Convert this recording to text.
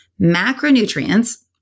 macronutrients